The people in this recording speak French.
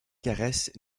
caresses